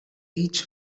each